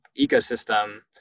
ecosystem